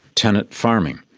tenant farming.